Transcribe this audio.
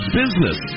business